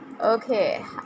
Okay